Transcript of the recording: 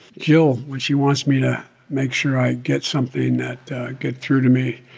jill, when she wants me to make sure i get something that get through to me,